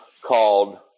called